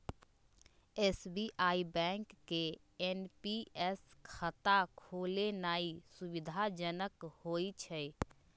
SBI bank में NPS खता खोलेनाइ सुविधाजनक होइ छइ